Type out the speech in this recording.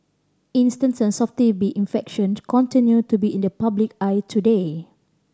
instances of T B infection continue to be in the public eye today